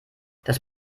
das